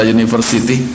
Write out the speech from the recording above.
University